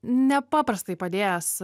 nepaprastai padėjęs